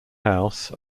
house